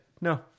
No